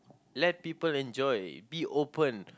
let people enjoy be open